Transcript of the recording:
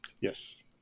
Yes